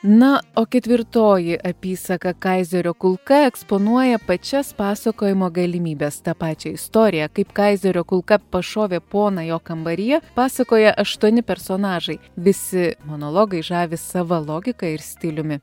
na o ketvirtoji apysaka kaizerio kulka eksponuoja pačias pasakojimo galimybes tą pačią istoriją kaip kaizerio kulka pašovė poną jo kambaryje pasakoja aštuoni personažai visi monologai žavi sava logika ir stiliumi